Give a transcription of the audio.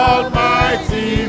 Almighty